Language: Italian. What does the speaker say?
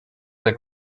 del